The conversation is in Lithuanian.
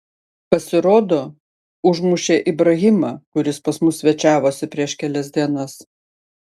pasirodo užmušė ibrahimą kuris pas mus svečiavosi prieš kelias dienas